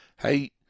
Hey